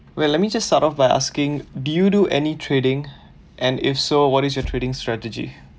wait let me just start off by asking do you do any trading and if so what is your trading strategy